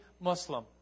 Muslim